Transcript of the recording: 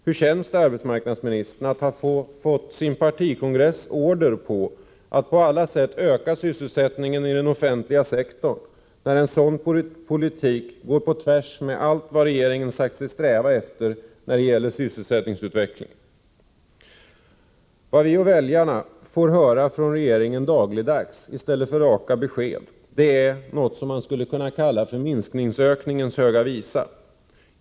Hur känns det, arbetsmarknadsministern, att ha fått partikongressens order att på alla sätt öka sysselsättningen i den offentliga sektorn, när en sådan politik går på tvärs mot allt vad regeringen sagt sig sträva efter när det gäller sysselsättningsutvecklingen? Vad vi och väljarna nu dagligdags får höra från regeringen i stället för raka besked är något som man kunde kalla för minskningsökningens höga visa.